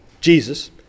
Jesus